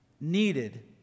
needed